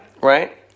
right